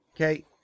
Okay